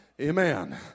Amen